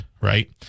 Right